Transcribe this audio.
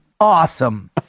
Awesome